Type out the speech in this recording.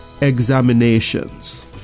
examinations